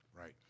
right